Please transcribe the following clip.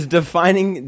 Defining